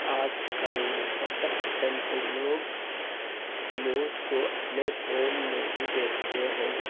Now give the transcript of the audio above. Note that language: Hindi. आजकल सत्तर परसेन्ट लोग न्यूज़ को अपने फ़ोन में ही देखते हैं